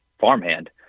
farmhand